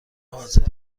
حاضر